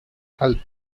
help